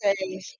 say